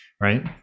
right